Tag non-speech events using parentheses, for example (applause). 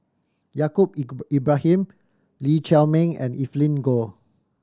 Yaacob (unintelligible) Ibrahim Lee Chiaw Meng and Evelyn Goh